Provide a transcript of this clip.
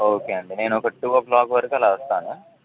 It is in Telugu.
ఓకే అండి నేను ఒక టూ ఓ క్లాక్ వరకు అలా వస్తాను